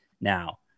now